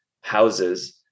houses